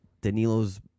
Danilo's